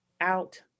out